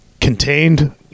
contained